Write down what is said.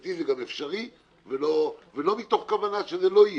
לדעתי זה גם אפשרי ולא מתוך כוונה שזה לא יהיה,